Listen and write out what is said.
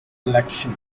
election